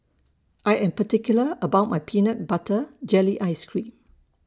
I Am particular about My Peanut Butter Jelly Ice Cream